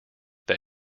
that